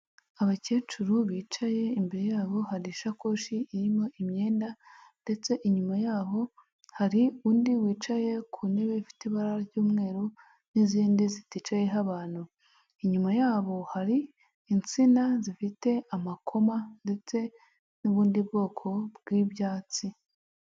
Abakecuru bicaye imbere yabo hari ishakoshi irimo imyenda, ndetse inyuma yaho hari undi wicaye ku ntebe ifite ibara ry'umweru n'izindi ziticayeho abantu, inyuma yabo hari insina zifite amakoma ndetse n'ubundi bwoko bw'ibyatsi.